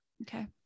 Okay